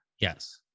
Yes